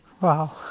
Wow